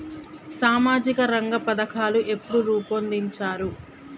సామాజిక రంగ పథకాలు ఎప్పుడు రూపొందించారు?